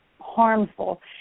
harmful